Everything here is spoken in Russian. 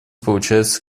получается